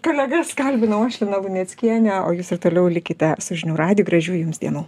kolegas kalbinau aš lina luneckienė o jūs ir toliau likite su žinių radiju gražių jums dienų